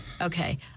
Okay